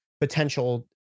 potential